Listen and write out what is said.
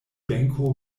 benko